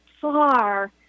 far